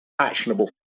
actionable